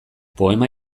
poema